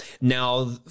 Now